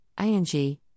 ING